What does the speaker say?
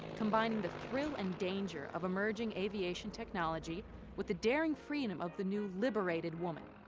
combining the thrill and danger of emerging aviation technology with the daring freedom of the new liberated woman.